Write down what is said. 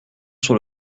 sur